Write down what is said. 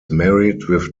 two